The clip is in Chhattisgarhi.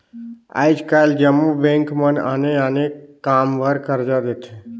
आएज काएल जम्मो बेंक मन आने आने काम बर करजा देथे